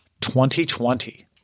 2020